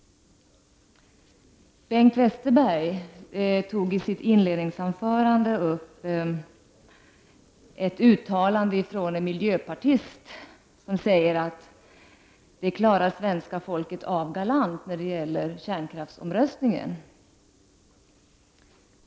Bengt Westerberg berörde i sitt inledningsanförande ett uttalande från en miljöpartist som sade att ”det klarar svenska folket galant”. Det gällde kärnkraftsavvecklingen.